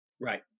Right